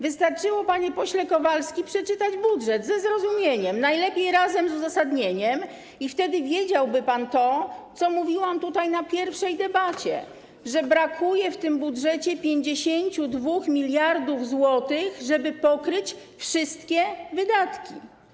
Wystarczyło, panie pośle Kowalczyk, przeczytać budżet ze zrozumieniem, najlepiej razem z uzasadnieniem, i wtedy wiedziałby pan to, o czym mówiłam tutaj podczas pierwszej debaty, że brakuje w tym budżecie 52 mld zł, żeby pokryć wszystkie wydatki.